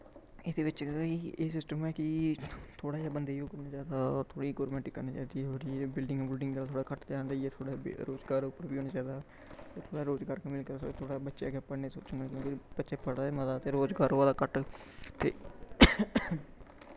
एह्दे बिच्च एह् सिस्टम ऐ कि थोह्ड़ा जेहा बंदेई ओह् करना चाही दी गौरमैंट गी ओह् करना चाही दा बिलडिंग बुलडिंग दा थोह्ड़ा घट्ट ध्यान देइयै थोह्ड़ा रोजगार उप्पर बी देना चाही दा थोह्ड़ा रोजगार कन्नै बच्चे पढ़ने च मतलव बच्चे पढ़ा दे मता दे रोजगार होआ दा घट्ट ते